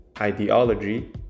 ideology